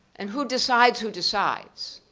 and who decides who decides?